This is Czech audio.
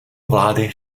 vlády